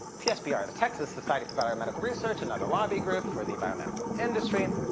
tsbr, the texas society for biomedical research, another lobby group for the biomedical industry,